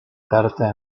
carta